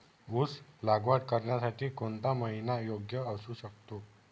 ऊस लागवड करण्यासाठी कोणता महिना योग्य असू शकतो?